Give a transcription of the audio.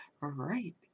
right